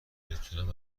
بتونم